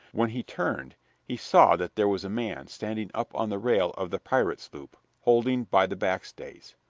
when he turned he saw that there was a man standing up on the rail of the pirate sloop, holding by the back stays.